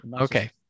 okay